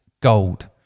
gold